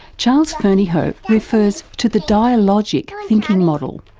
charles fernyhough refers to the dialogic thinking model.